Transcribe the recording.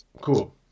cool